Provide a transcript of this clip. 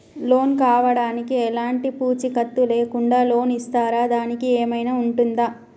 Loan కావడానికి ఎలాంటి పూచీకత్తు లేకుండా లోన్ ఇస్తారా దానికి ఏమైనా ఉంటుందా?